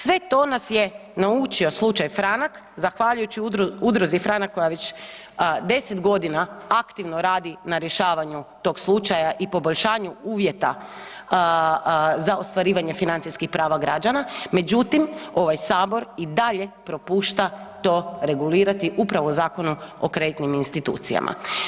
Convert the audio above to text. Sve to nas je naučio slučaj Franak zahvaljujući udruzi Franak koja već 10 g. aktivno radi na rješavanju tog slučaja i poboljšanju uvjeta za ostvarivanje financijskih prava građana međutim, ovaj Sabor i dalje propušta to regulirati upravo u Zakonu o kreditnim institucijama.